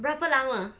berapa lama